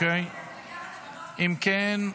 אם כן,